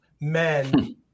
men